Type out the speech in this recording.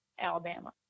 Alabama